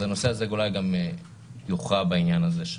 אז הנושא הזה אולי גם יוכרע בעניין הזה שם.